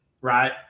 Right